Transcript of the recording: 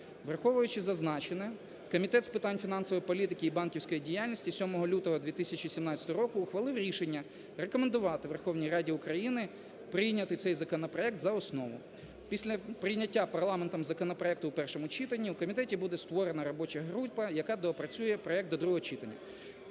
Враховуючи зазначене, Комітет з питань фінансової політики і банківської діяльності 7 лютого 2017 року ухвалив рішення рекомендувати Верховній Раді України прийняти цей законопроект за основу. Після прийняття парламентом законопроекту в першому читанні у комітеті буде створена робоча група, яка доопрацює проект до другого читання.